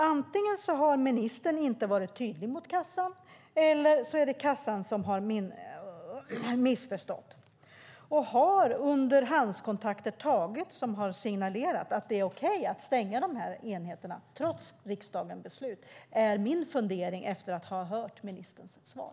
Antingen har ministern inte varit tydlig mot kassan eller så har kassan missförstått. Har underhandskontakter tagits som har signalerat att det är okej att stänga dessa enheter trots riksdagens beslut, är min fundering efter att ha hört ministerns svar.